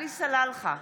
עלי סלאלחה,